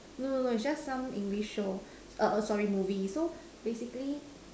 no no is just some English show sorry movie so basically